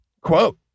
Quote